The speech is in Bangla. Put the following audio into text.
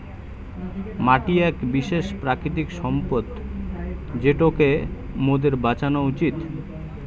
মাটি এক বিশেষ প্রাকৃতিক সম্পদ যেটোকে মোদের বাঁচানো উচিত